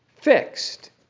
fixed